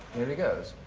here he goes. oh!